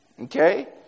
Okay